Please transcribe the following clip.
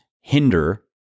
hinder